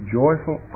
joyful